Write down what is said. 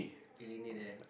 he really there